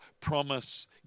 Promise